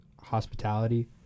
hospitality